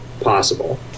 possible